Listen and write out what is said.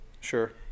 Sure